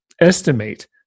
estimate